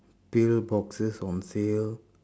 pill boxes on sale